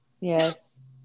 Yes